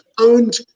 owned